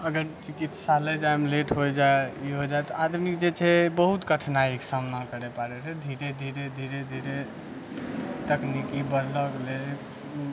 अगर चिकित्सालय जाइमे लेट होइ जाइ ई होइ जाइ तऽ आदमीके जे छै बहुत कठिनाइके सामना करै पड़ै रहै धीर धीरे धीरे धीरे तकनीकी बढ़लौ गेलै